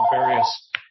various